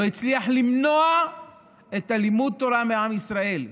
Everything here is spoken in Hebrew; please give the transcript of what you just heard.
לא הצליח למנוע את לימוד התורה מעם ישראל.